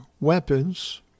weapons